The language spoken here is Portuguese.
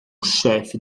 chefe